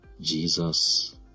Jesus